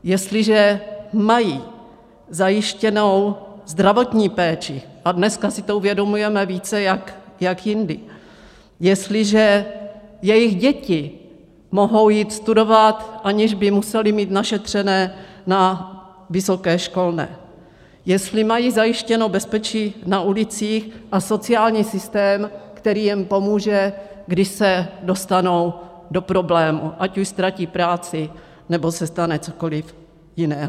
Jestliže mají zajištěnou zdravotní péči, a dneska si to uvědomujeme více jak jindy, jestliže jejich děti mohou jít studovat, aniž by musely mít našetřené na vysoké školné, jestli mají zajištěno bezpečí na ulicích a sociální systém, který jim pomůže, když se dostanou do problémů, ať už ztratí práci, nebo se stane cokoliv jiného.